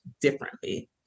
differently